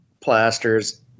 plaster's